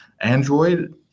Android